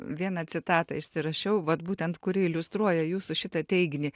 vieną citatą išsirašiau vat būtent kuri iliustruoja jūsų šitą teiginį